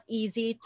easy